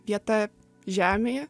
vieta žemėje